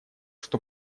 что